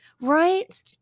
Right